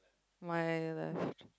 my left